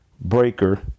Breaker